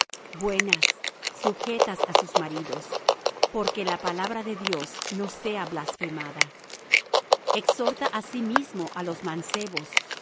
buenas sujetas á sus maridos porque la palabra de dios no sea blasfemada exhorta asimismo á los mancebos